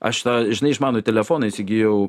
aš na žinai išmanųjį telefoną įsigijau